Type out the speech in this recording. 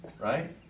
right